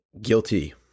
guilty